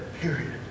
period